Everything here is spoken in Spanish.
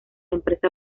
empresa